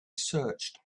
searched